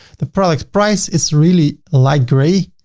the product price is really light gray,